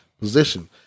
position